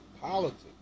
politics